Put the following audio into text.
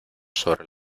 sobre